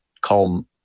call